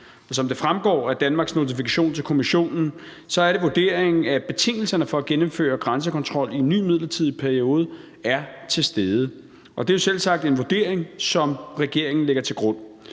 Som det fremgår af Danmarks notifikation til Kommissionen, er det vurderingen, at betingelserne for at genindføre grænsekontrollen i en ny midlertidig periode er til stede. Det er jo selvsagt en vurdering, som regeringen lægger til grund.